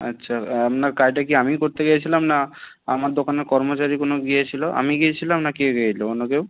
আচ্ছা আপনার কাজটা কি আমিই করতে গিয়েছিলাম না আমার দোকানের কর্মচারী কোনো গিয়েছিল আমি গিয়েছিলাম না কে অন্য কেউ